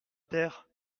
terre